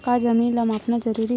का जमीन ला मापना जरूरी हे?